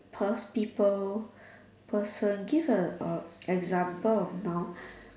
pers~ people person give a example of noun